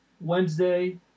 Wednesday